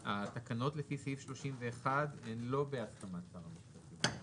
לפי סעיף 31 הן לא בהסכמת שר המשפטים.